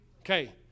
Okay